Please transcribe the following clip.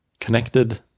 connected